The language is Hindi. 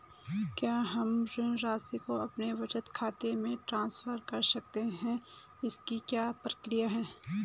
क्या हम ऋण राशि को अपने बचत खाते में ट्रांसफर कर सकते हैं इसकी क्या प्रक्रिया है?